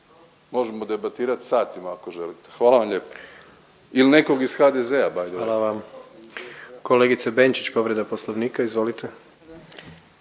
možemo debatirati satima ako želite. Hvala vam lijepo. Ili nekog iz HDZ-a, by the way. **Jandroković, Gordan (HDZ)** Hvala vam. Kolegice Benčić, povreda Poslovnika, izvolite.